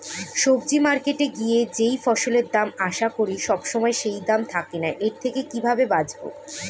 সবজি মার্কেটে গিয়ে যেই ফসলের দাম আশা করি সবসময় সেই দাম থাকে না এর থেকে কিভাবে বাঁচাবো?